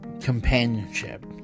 companionship